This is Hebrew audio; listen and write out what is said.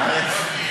אנא עארף?